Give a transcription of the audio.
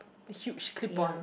huge clip on